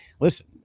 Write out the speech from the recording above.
listen